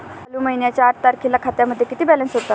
चालू महिन्याच्या आठ तारखेला खात्यामध्ये किती बॅलन्स होता?